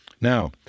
Now